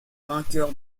vainqueur